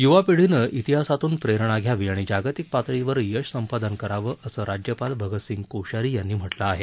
युवा पिढीने प्तिहासातून प्रेरणा घ्यावी आणि जागतिक पातळीवर यश संपादन करावं असं राज्यपाल भगतसिंह कोश्यारी यांनी म्हटलं आहे